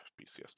BCS